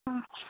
ஆ